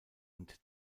und